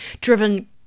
driven